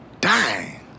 dying